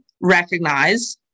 recognize